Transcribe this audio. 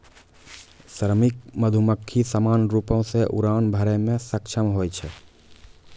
श्रमिक मधुमक्खी सामान्य रूपो सें उड़ान भरै म सक्षम होय छै